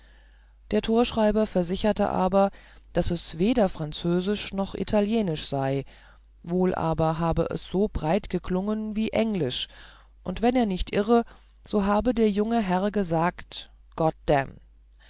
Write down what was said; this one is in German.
der torschreiber versicherte aber daß es weder französisch noch italienisch sei wohl aber habe es so breit geklungen wie englisch und wenn er nicht irre so habe der junge herr gesagt god